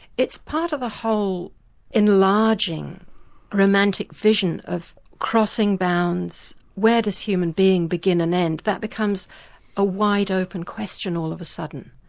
it's part of a whole enlarging, a romantic vision of crossing bounds, where does human being begin and end? that becomes a wide-open question all of a sudden.